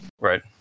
Right